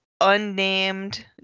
unnamed